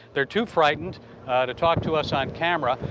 theyire too frightened to talk to us on camera,